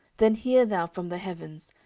then hear thou from the heavens,